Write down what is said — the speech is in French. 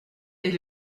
est